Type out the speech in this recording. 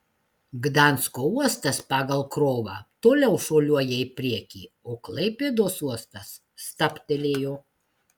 gdansko uostas pagal krovą toliau šuoliuoja į priekį o klaipėdos uostas stabtelėjo